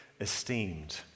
esteemed